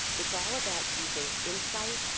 it's all about using insight,